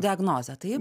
diagnozė taip